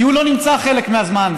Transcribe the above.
כי הוא לא נמצא חלק מהזמן.